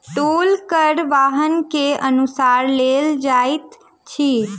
टोल कर वाहन के अनुसार लेल जाइत अछि